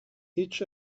each